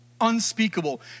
unspeakable